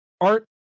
art